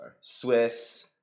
Swiss